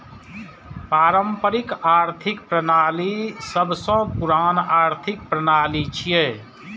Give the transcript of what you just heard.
पारंपरिक आर्थिक प्रणाली सबसं पुरान आर्थिक प्रणाली छियै